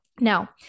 Now